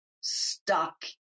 stuck